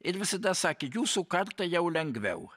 ir visada sakė jūsų kartai jau lengviau